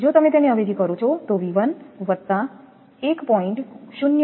જો તમે તેને અવેજી કરો છો તો V1 1